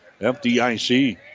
FDIC